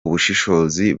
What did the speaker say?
ubushishozi